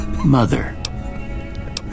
mother